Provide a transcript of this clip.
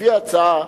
לפי ההצעה,